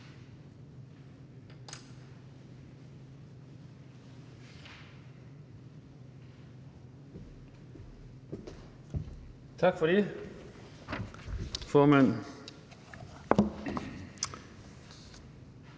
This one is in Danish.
Tak for det,